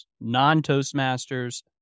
non-Toastmasters